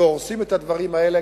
והורסים את הדברים האלה,